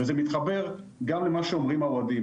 וזה מתחבר גם למה שאומרים האוהדים.